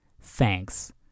Thanks